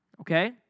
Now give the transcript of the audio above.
okay